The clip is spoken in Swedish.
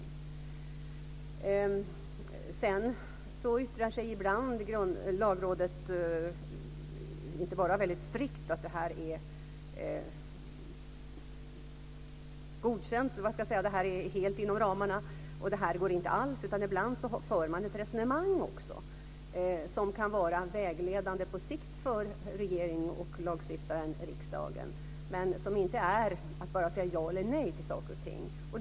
Ibland yttrar sig Lagrådet inte bara väldigt strikt om att det ligger inom ramarna eller att det inte går alls. Ibland för man också ett resonemang. Det kan vara vägledande på sikt för regeringen och lagstiftaren riksdagen, men det innebär inte bara ett ja eller nej till saker och ting.